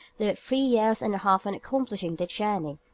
they were three years and a half in accomplishing their journey,